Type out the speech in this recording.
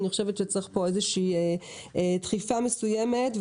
אני חושבת שצריך פה איזושהי דחיפה מסוימת,